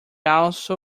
also